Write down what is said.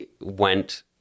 went